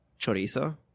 chorizo